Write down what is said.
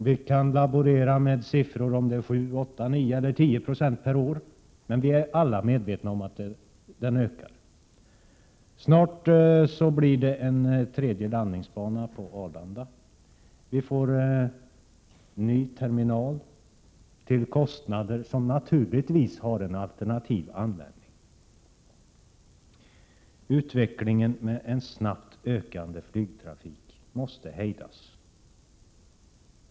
Vi kan laborera med siffror om det är 7, 8, 9 eller 10 90 per år, men vi är alla medvetna om att den ökar. Snart blir det en tredje landningsbana på Arlanda, och vi får en ny terminal — till kostnader som naturligtvis har en alternativ användning. Utvecklingen med en snabbt ökande flygtrafik måste hejdas.